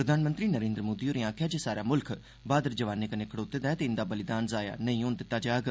प्रधानमंत्री नरेन्द्र मोदी होरें आखेआ ऐ जे सारा देश ब्हाद्र जवानें कन्नै खड़ोते दा ऐ ते इंदा बलिदान ज़ाया नेईं जान दित्ता जाग